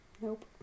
Nope